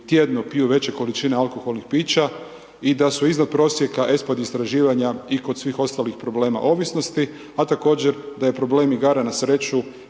tjedno piju veće količine alkoholnih pića i da su iznad prosjeka ESPAD istraživanja i kod svih ostalih problema ovisnosti, a također da je problem igara na sreću